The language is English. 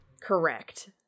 Correct